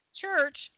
church